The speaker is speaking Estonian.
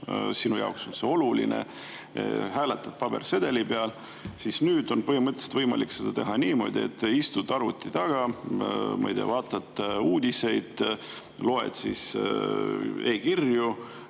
sinu jaoks on see oluline, hääletad pabersedeliga, siis nüüd on põhimõtteliselt võimalik seda teha niimoodi, et istud arvuti taga, ma ei tea, vaatad uudiseid, loed e‑kirju,